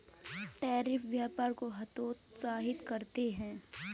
tariff व्यापार को हतोत्साहित करते हैं